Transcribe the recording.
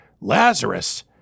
Lazarus